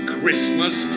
Christmas